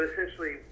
essentially